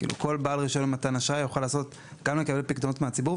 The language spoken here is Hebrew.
כל בעל רישיון למתן אשראי יוכל גם לקבל פיקדונות מהציבור,